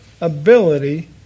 ability